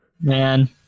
Man